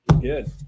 good